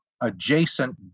adjacent